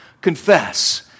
confess